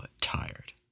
tired